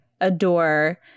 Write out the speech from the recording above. adore